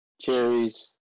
cherries